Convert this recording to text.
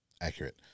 Accurate